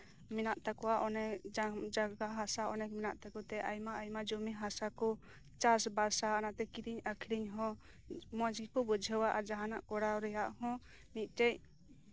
ᱢᱮᱱᱟᱜ ᱛᱟᱠᱚᱣᱟ ᱚᱱᱮ ᱡᱟᱭᱜᱟ ᱦᱟᱥᱟ ᱚᱱᱮ ᱢᱮᱱᱟᱜ ᱛᱟᱠᱚᱛᱮ ᱟᱭᱢᱟ ᱟᱭᱢᱟ ᱡᱚᱢᱤ ᱦᱟᱥᱟ ᱠᱚ ᱪᱟᱥ ᱵᱟᱥᱟ ᱟᱨ ᱱᱚᱛᱮ ᱠᱤᱨᱤᱧ ᱟᱠᱷᱨᱤᱧ ᱦᱚᱸ ᱢᱚᱡᱽ ᱜᱮᱠᱚ ᱵᱩᱡᱷᱟᱹᱣᱟ ᱟᱨ ᱡᱟᱦᱟᱱᱟᱜ ᱠᱚᱨᱟᱣ ᱨᱮᱭᱟᱜ ᱦᱚᱸ ᱢᱤᱫᱴᱮᱡ